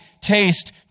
taste